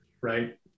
right